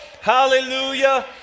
Hallelujah